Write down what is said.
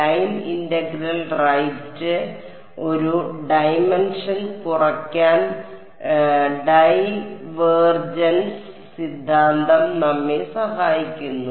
line integral right ഒരു dimension കുറയ്ക്കാൻ divergence സിദ്ധാന്തം നമ്മെ സഹായിക്കുന്നു